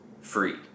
free